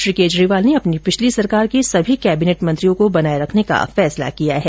श्री केजरीवाल ने अपनी पिछली सरकार के सभी कैबिनेट मंत्रियों को बनाए रखने का फैसला किया है